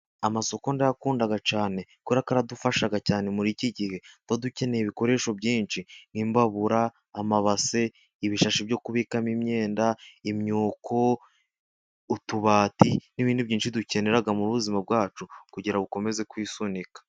Amasoko ndayakunda cyane kuko aradufashaga cyane, muri iki gihe tuba dukeneye ibikoresho byinshi nk'imbabura, amabase, ibishashi byo kubikamo imyenda, imyuko, utubati n'ibindi byinshi dukenera muri ubu buzima bwacu kugira bukomeze kwisunika.